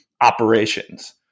operations